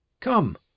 come